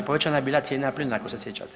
Povećana je bila cijena plina ako se sjećate.